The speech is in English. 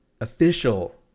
official